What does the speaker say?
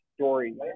story